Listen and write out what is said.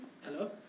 Hello